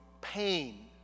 pain